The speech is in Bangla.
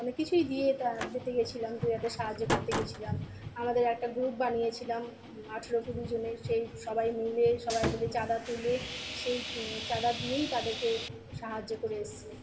অনেক কিছুই দিয়ে তা দিতে গেছিলাম দিয়ে তাদের সাহায্য করতে গেছিলাম আমাদের একটা গ্রুপ বানিয়েছিলাম আঠেরো কুড়িজনের সেই সবাই মিলে সবাই মিলে চাঁদা তুলে সেই চাঁদা দিয়েই তাদেরকে সাহায্য করে এসেছি